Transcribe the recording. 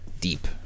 deep